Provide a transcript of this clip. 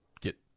get